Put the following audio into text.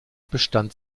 bestand